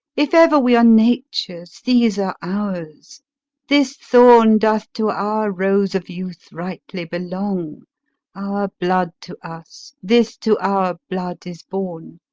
if ever we are nature's, these are ours this thorn doth to our rose of youth rightly belong our blood to us, this to our blood is born.